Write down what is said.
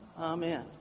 Amen